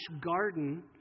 garden